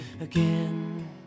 again